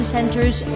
Centers